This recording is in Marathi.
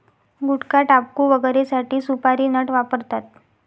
गुटखाटाबकू वगैरेसाठी सुपारी नट वापरतात